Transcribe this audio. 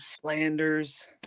Flanders